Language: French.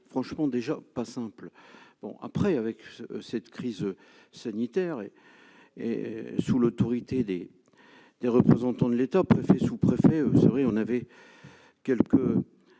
franchement déjà pas simple, bon, après, avec cette crise sanitaire et et sous l'autorité des des représentants de l'État aux préfets, sous-préfets, vous savez, on avait quelques